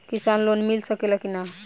किसान लोन मिल सकेला कि न?